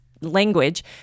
language